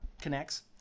connects